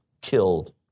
killed